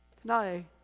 Tonight